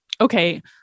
Okay